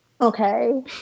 okay